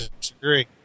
disagree